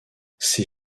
ces